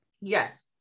yes